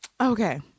okay